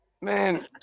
man